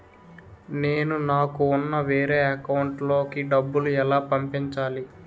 నేను నాకు ఉన్న వేరే అకౌంట్ లో కి డబ్బులు ఎలా పంపించాలి?